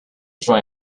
drunk